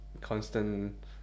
constant